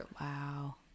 wow